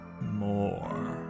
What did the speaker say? more